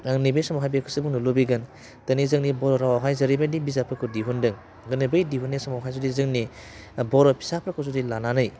आं नैबे समावहाय बेखौसो बुंनो लुबैगोन दिनै जोंनि बर' रावावहाय जेरैबायदि बिजाबफोरखौ दिहुनदों दिनै बै दिहुन्नाय समावहाय जुदि जोंनि बर' फिसाफोरखौ जुदि लानानै